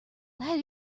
that